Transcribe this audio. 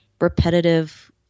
repetitive